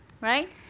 right